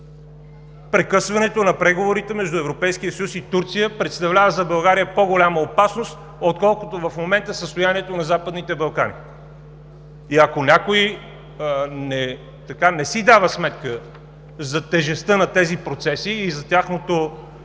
Прекъсването на преговорите между Европейския съюз и Турция представлява за България по-голяма опасност, отколкото в момента състоянието на Западните Балкани. И ако някой не си дава сметка за тежестта на тези процеси, за тяхната